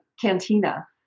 cantina